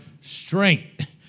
strength